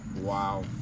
Wow